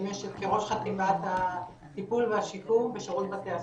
משמשת כראש חטיבת הטיפול והשיקום בשירות בתי הסוהר.